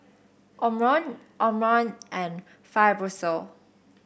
Omron Omron and Fibrosol